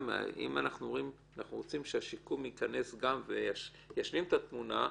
אם אנחנו רוצים שהשיקום ייכנס גם וישלים את התמונה,